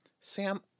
Sam